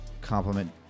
Compliment